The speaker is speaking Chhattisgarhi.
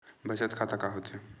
बचत खाता का होथे?